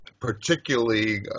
particularly